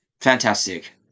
Fantastic